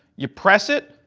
you press it.